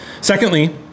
Secondly